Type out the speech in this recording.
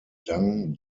dang